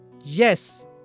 yes